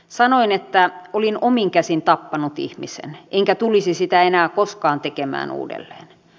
sanoin että olin omin käsin tappanut ihmisen enkä tulisi sitä enää koskaan tekemään uudelleen